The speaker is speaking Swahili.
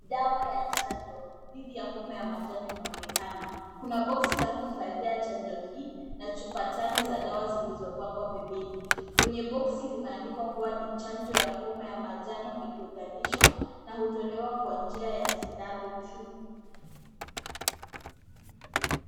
Dawa ya chanjo dhidi ya homa ya manjano inaonekana. Kuna boksi la kuhifadhia chanjo hii na chupa tano za dawa zilizopangwa pembeni. Kwenye boksi limeandikwa kuwa ni chanjo ya homa ya manjano iliyogandishwa na hutolewa kwa njia ya sindano tu.